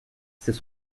c’est